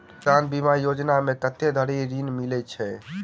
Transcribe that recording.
किसान बीमा योजना मे कत्ते धरि ऋण मिलय छै?